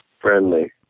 friendly